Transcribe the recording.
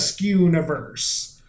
universe